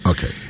Okay